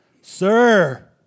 Sir